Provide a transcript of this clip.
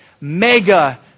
Mega